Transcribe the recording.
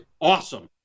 awesome